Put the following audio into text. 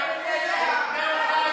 שאת תשבי